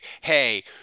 hey